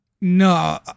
No